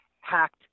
hacked